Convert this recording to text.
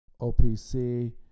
OPC